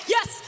Yes